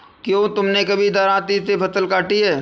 क्या तुमने कभी दरांती से फसल काटी है?